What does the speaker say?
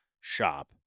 shop